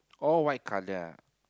oh white colour ah